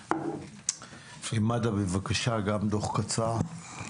מד"א בבקשה, גם דוח קצר.